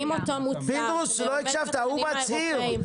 הוא מצהיר.